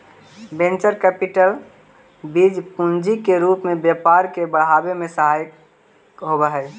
venture capital बीज पूंजी के रूप में व्यापार के बढ़ावे में सहायक होवऽ हई